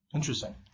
Interesting